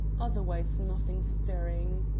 otherwise nothing stirring.